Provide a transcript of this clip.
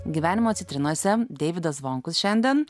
gyvenimo citrinose deividas zvonkus šiandien